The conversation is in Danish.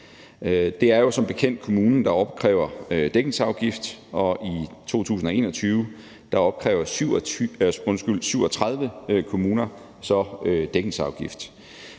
Det er jo som bekendt kommunen, der opkræver dækningsafgift, og i 2021 opkræves 37 kommuner dækningsafgift.